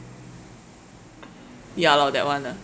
ya lor that one ah